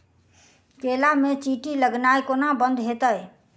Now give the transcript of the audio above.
केला मे चींटी लगनाइ कोना बंद हेतइ?